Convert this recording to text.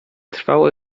trwało